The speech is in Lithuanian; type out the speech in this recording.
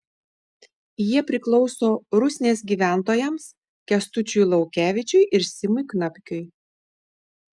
jie priklauso rusnės gyventojams kęstučiui laukevičiui ir simui knapkiui